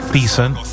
decent